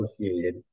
associated